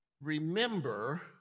remember